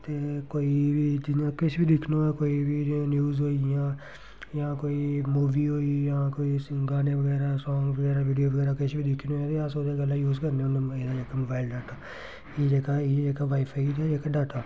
ते कोई बी जियां किश बी दिक्खना होऐ कोई बी जियां न्यूज होई गेइयां जां कोई मूवी होई गेई जां कोई सिंग गाने बगैरा सांग बगैरा वीडियो बगैरा किश बी दिक्खी होन अस ओह्दे कन्नै यूज करने होन्ने एह् जेह्का मोबाइल डाटा जेह्का एह् जेह्का वाई फाई जेह्का डाटा